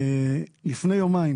לפני יומיים